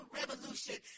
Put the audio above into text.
revolution